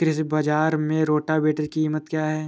कृषि बाजार में रोटावेटर की कीमत क्या है?